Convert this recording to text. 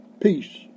Peace